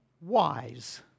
wise